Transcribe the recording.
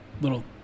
little